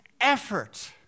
effort